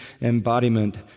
embodiment